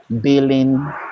billing